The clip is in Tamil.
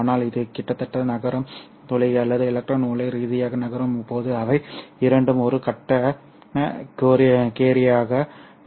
ஆனால் இது கிட்டத்தட்ட நகரும் துளை அல்லது எலக்ட்ரான் உடல் ரீதியாக நகரும் போது அவை இரண்டும் ஒரு கட்டண கேரியராக இருக்கும்